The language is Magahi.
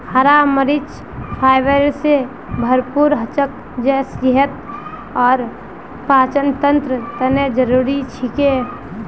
हरा मरीच फाइबर स भरपूर हछेक जे सेहत और पाचनतंत्रेर तने जरुरी छिके